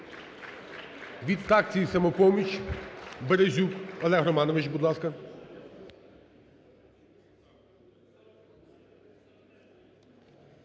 Від фракції "Самопоміч" Березюк Олег Романович, будь ласка.